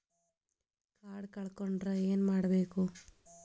Card ಕಳ್ಕೊಂಡ್ರ ಏನ್ ಮಾಡಬೇಕು?